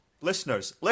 Listeners